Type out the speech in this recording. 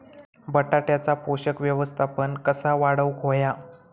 बटाट्याचा पोषक व्यवस्थापन कसा वाढवुक होया?